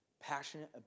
passionate